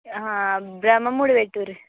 బ్రహ్మముడి పెట్టండి